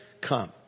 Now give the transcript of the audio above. come